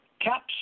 caps